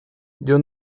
you